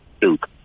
Duke